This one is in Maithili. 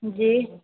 जी